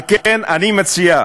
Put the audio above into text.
על כן, אני מציע,